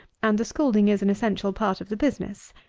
and the scalding is an essential part of the business.